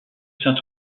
saint